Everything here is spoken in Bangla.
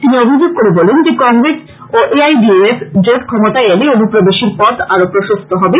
তিনি অভিযোগ করে বলেন যে কংগ্রেস ও A I U D F জোট ক্ষমতায় এলে অনুপ্রবেশের পথ আরও প্রশস্ত হবে